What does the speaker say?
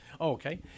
Okay